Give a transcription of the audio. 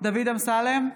דוד אמסלם,